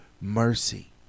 mercy